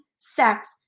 sex